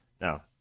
now